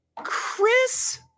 Chris